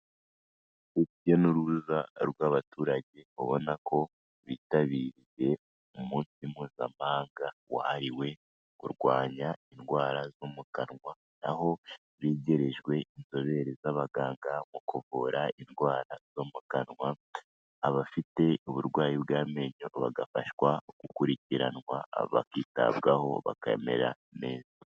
Urujya n'uruza rw'abaturage ubona ko bitabiriye umunsi Mpuzamahanga wahariwe kurwanya indwara zo mu kanwa, aho begerejwe inzobere z'abaganga mu kuvura indwara zo mu kanwa, abafite uburwayi bw'amenyo bagafashwa gukurikiranwa bakitabwaho bakamera neza.